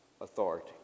Authority